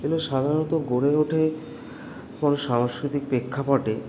এগুলো সাধারণত গড়ে ওঠে কোনো সাংস্কৃতিক প্রেক্ষাপটে